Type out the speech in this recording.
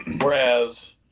whereas